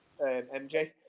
MJ